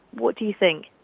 what do you think?